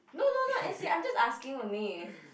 no no no as in I'm just asking only